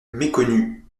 méconnu